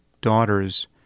daughters